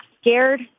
scared